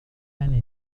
التنس